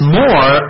more